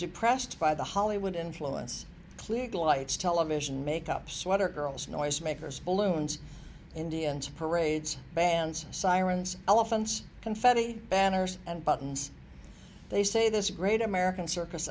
depressed by the hollywood influence click the lights television make up sweater girls noisemakers balloons indians parades bands sirens elephants confetti banners and buttons they say this great american circus